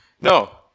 No